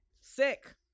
sick